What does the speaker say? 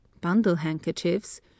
bundle-handkerchiefs